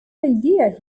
idea